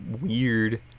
weird